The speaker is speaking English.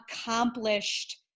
accomplished